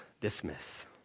dismiss